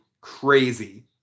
crazy